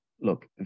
Look